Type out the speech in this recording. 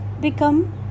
become